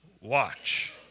Watch